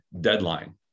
deadline